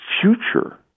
future